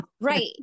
Right